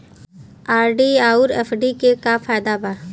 RD आउर FD के का फायदा बा?